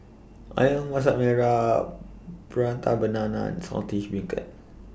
Ayam Masak Merah Prata Banana and Saltish Beancurd